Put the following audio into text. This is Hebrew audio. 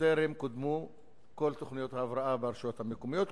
טרם קודמו כל תוכניות ההבראה ברשויות המקומיות,